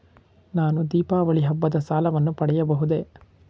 ನಾನು ದೀಪಾವಳಿ ಹಬ್ಬದ ಸಾಲವನ್ನು ಪಡೆಯಬಹುದೇ?